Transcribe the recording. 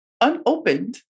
unopened